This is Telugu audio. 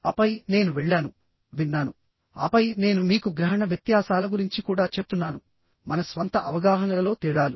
ఆపై నేను వెళ్ళాను విన్నాను ఆపై నేను మీకు గ్రహణ వ్యత్యాసాల గురించి కూడా చెప్తున్నాను మన స్వంత అవగాహనలలో తేడాలు